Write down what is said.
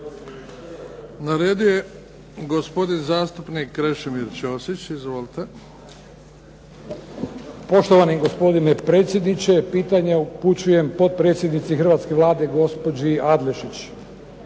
Na redu je gospodin zastupnik Krešimir Ćosić. Izvolite. **Ćosić, Krešimir (HDZ)** Poštovani gospodine predsjedniče. Pitanje upućujem potpredsjednici hrvatske Vlade gospođi Adlešić.